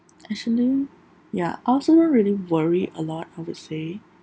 actually ya I also don't really worry a lot I would say